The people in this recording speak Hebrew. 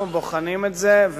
אנחנו בונים את זה,